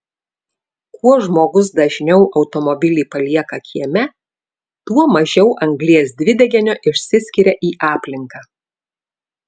kuo žmogus dažniau automobilį palieka kieme tuo mažiau anglies dvideginio išsiskiria į aplinką